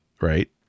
right